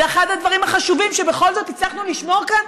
זה אחד הדברים החשובים שבכל זאת הצלחנו לשמור כאן.